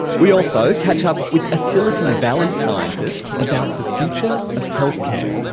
we also catch up with a silicon valley scientist about the future of healthcare.